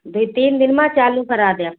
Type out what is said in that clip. दो तीन दिन मा चालू करा देव